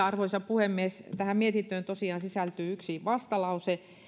arvoisa puhemies tähän mietintöön tosiaan sisältyy yksi vastalause